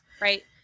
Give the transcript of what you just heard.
right